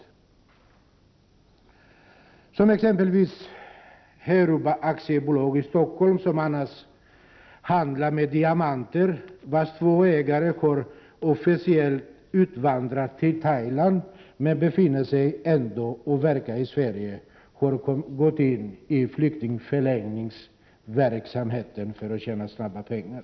Det gäller exempelvis Heruba i Stockholm AB, som annars handlar med diamanter. Företagets två ägare har officiellt utvandrat till Thailand. De befinner sig ändock i och verkar i Sverige. De har gått in i flyktingförläggningsverksamheten för att tjäna snabba pengar.